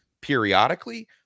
periodically